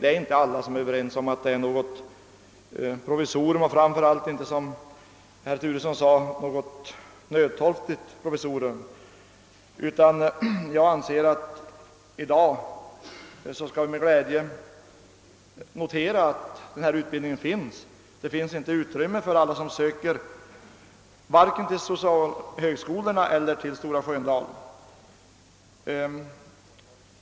Vi är inte alls överens om att undervisningen är ett provisorium, och som herr Turesson redan påpekat är det alls inte fråga om någon »nödtorftig socionomutbildning». Jag anser att vi skall hälsa utbildningen på Stora Sköndal med glädje. Det finns inte plats för alla som vill ha socionomutbildning, vare sig för dem som söker sig till Stora Sköndal eller till de andra socialhögskolorna.